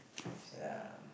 I see